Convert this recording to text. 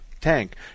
tank